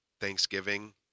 thanksgiving